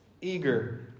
eager